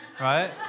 right